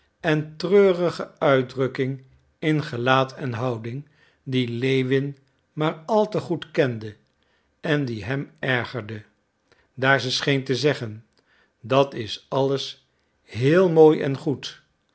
en treurige uitdrukking in gelaat en houding die lewin maar al te goed kende en die hem ergerde daar ze scheen te zeggen dat is alles heel mooi en goed